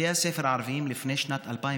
בתי הספר הערביים לא אובטחו לפני שנת 2010,